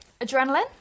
Adrenaline